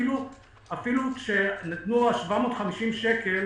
אפילו כשנתנו 750 שקל,